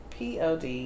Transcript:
pod